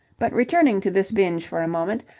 but, returning to this binge for a moment,